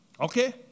Okay